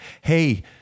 hey